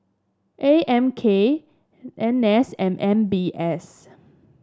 A M K N S and M B S